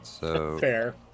fair